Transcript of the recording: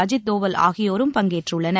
அஜீத் தோவல் ஆகியோரும் பங்கேற்றுள்ளனர்